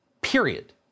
Period